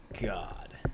God